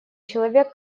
человек